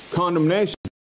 condemnation